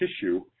tissue